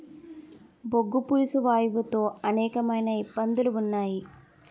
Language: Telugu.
బొగ్గు పులుసు వాయువు తో అనేకమైన ఇబ్బందులు ఉన్నాయి